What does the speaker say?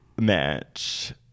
match